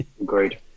Agreed